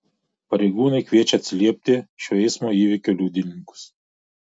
pareigūnai kviečia atsiliepti šio eismo įvykio liudininkus